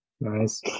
Nice